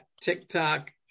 TikTok